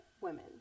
women